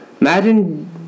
Imagine